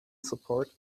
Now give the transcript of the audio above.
support